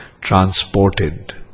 transported